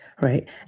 right